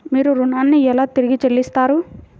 మీరు ఋణాన్ని ఎలా తిరిగి చెల్లిస్తారు?